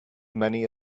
many